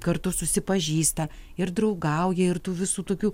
kartu susipažįsta ir draugauja ir tų visų tokių